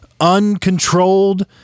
uncontrolled